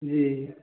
जी